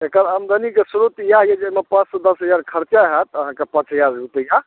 एकर आमदनीके स्रोत इएह यए जे एहिमे पाँच दस हजार खर्चा हैत अहाँकेँ पाँच हजार रुपैआ